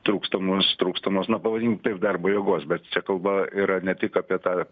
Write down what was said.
trūkstamos trūkstamos na pavadinkim taip darbo jėgos bet čia kalba yra ne tik apie tą